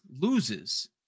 loses